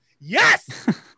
Yes